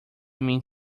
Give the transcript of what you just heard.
mean